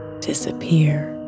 disappear